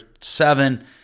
seven